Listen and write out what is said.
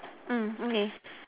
mm okay